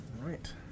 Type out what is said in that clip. Right